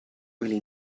really